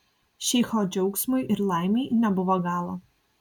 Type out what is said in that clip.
šeicho džiaugsmui ir laimei nebuvo galo